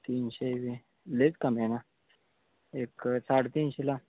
तीनशेने लईच कमी आहेना एक साडे तीनशेला